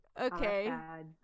okay